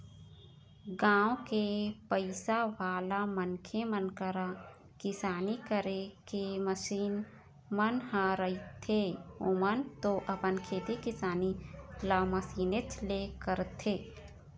गाँव के पइसावाला मनखे मन करा किसानी करे के मसीन मन ह रहिथेए ओमन तो अपन खेती किसानी ल मशीनेच ले करथे